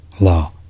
law